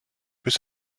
bis